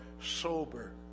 sober